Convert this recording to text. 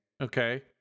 Okay